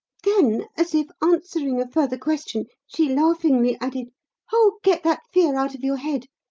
then, as if answering a further question, she laughingly added oh, get that fear out of your head.